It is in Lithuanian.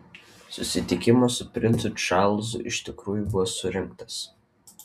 susitikimas su princu čarlzu iš tikrųjų buvo surengtas